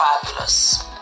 fabulous